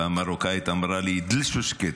במרוקאית אמרה לי (אומר מילים במרוקאית),